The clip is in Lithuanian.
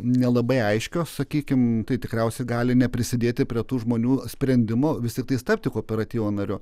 nelabai aiškios sakykime tai tikriausiai gali neprisidėti prie tų žmonių sprendimu visi turi tapti kooperatyvo nariu